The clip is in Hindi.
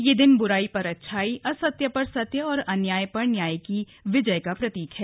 यह दिन बुराई पर अच्छाई असत्य पर सत्य और अन्याय पर न्याय की विजय का प्रतीक है